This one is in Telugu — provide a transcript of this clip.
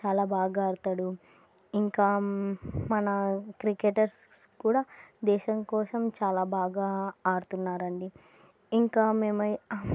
చాలా బాగా ఆడతాడు ఇంకా మన క్రికెటర్స్ కూడా దేశం కోసం చాలా బాగా ఆడుతున్నారండి ఇంకా మేమయి